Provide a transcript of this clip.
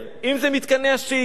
אם מתקני השהייה,